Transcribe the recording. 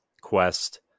quest